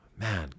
man